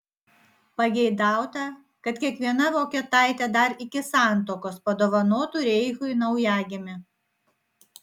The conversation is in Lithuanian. pageidauta kad kiekviena vokietaitė dar iki santuokos padovanotų reichui naujagimį